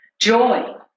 joy